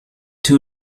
too